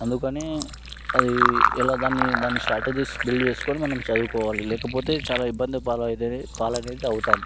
అందుకని అది ఎలా దాన్ని దాన్ని స్ట్రాటజీస్ బిల్డ్ చేసుకొని మనం చదువుకోవాలి లేకపోతే చాలా ఇబ్బంది పాలవుతుంది చాలా అనేది అవుతాం